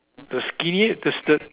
the skinny the s~ the